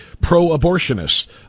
pro-abortionists